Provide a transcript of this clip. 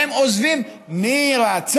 והם עוזבים מרצון,